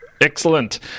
Excellent